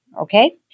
okay